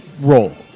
role